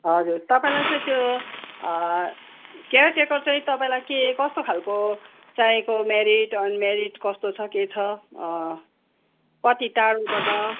हजुर तपाईँलाई चाहिँ त्यो केयरटेकर चाहिँ तपाईँलाई के कस्तो खालको चाहिएको मेरिड अनमेरिट कस्तो छ के छ कति टाढोबाट